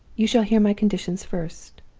you shall hear my conditions first.